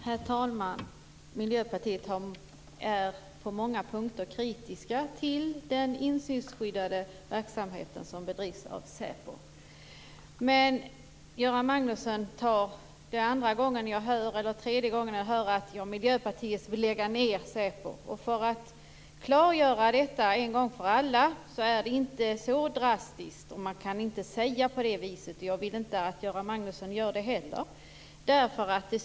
Herr talman! På många punkter är vi i Miljöpartiet kritiska till den insynsskyddade verksamhet som bedrivs av SÄPO. Det är andra eller tredje gången jag hör att Miljöpartiet vill lägga ned SÄPO. För att en gång för alla klargöra hur det förhåller sig vill jag säga att det inte är så drastiskt. Man kan inte säga på det viset. Jag vill inte att Göran Magnusson heller gör det.